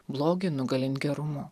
blogį nugalint gerumu